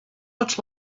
much